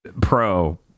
Pro